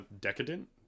Decadent